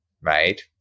right